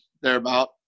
thereabout